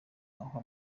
aho